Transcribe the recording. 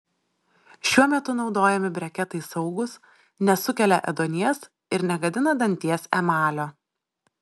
šiuo metu naudojami breketai saugūs nesukelia ėduonies ir negadina danties emalio